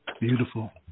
Beautiful